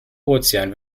ozean